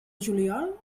juliol